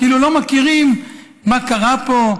כאילו לא מכירים מה קרה פה,